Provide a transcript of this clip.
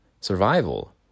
survival